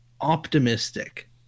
optimistic